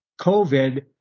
COVID